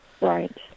Right